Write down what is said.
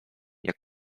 jak